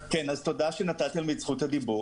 שלום רב,